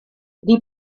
die